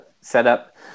setup